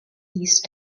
these